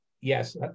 Yes